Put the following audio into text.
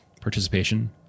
participation